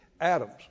Adams